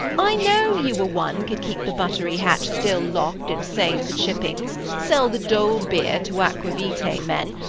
i know you were one could keep the buttery-hatch still lock'd, and save the chippings, sell the dole beer to aqua-vitae men,